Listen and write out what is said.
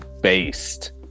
based